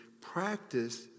practice